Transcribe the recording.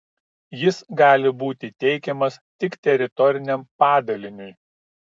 jis gali būti teikiamas tik teritoriniam padaliniui